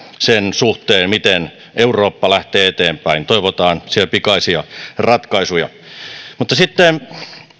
sen suhteen miten eurooppa lähtee eteenpäin toivotaan pikaisia ratkaisuja siellä mutta sitten